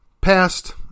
past